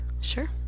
Sure